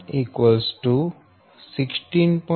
27 X1 16